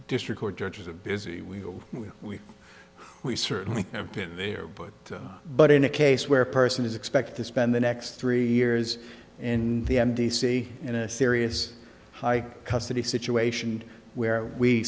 district court judges have busy we go we we certainly have been there but but in a case where a person is expected to spend the next three years in the m d c in a serious high custody situation where we